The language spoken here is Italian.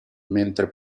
mentre